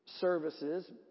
services